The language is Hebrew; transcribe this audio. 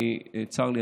צר לי,